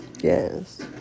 yes